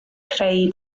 creu